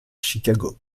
chicago